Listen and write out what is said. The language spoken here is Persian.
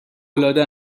العاده